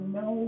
no